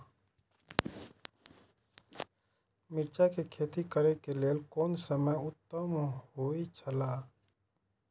मिरचाई के खेती करे के लेल कोन समय उत्तम हुए छला?